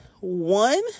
One